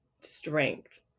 strength